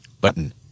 button